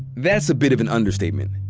that's a bit of an understatement.